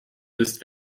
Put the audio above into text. bist